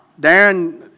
Darren